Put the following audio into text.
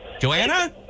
Joanna